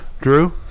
Drew